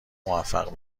موفق